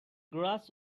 grass